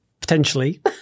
Potentially